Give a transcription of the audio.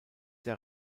der